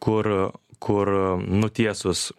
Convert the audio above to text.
kur kur nutiesus